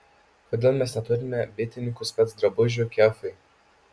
kodėl mes neturime bitininkų specdrabužių kefai